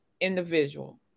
individual